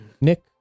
Nick